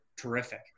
terrific